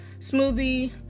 smoothie